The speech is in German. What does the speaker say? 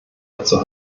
dazu